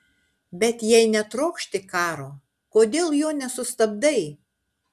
bet jei netrokšti karo kodėl jo nesustabdai